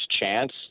chance